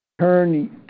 turn